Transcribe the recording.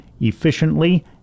efficiently